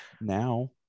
Now